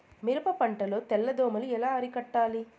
మిరప పంట లో తెల్ల దోమలు ఎలా అరికట్టాలి?